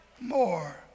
more